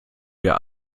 wir